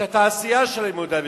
את התעשייה שלהם ליהודה ושומרון,